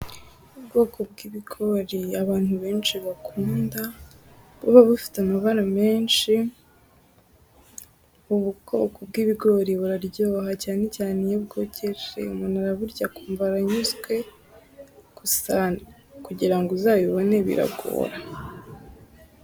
Ubwoko bw'ibigori abantu benshi bakunda buba bufite amabara menshi, ubu bwoko bw'ibigori buraryoha cyane cyane iyo bwokeje umuntu araburya akumva aranyuzwe, gusa kugira ngo uzayibone biragora.